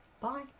Bye